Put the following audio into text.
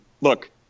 look